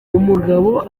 umugabo